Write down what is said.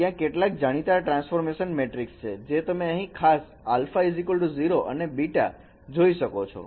ત્યાં કેટલાક જાણીતા ટ્રાન્સફોર્મેશન મેટ્રિક છે જે તમે ખાસ કિંમત α 0 અને β જોઈ શકો છો